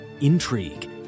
intrigue